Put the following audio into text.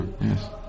Yes